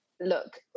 look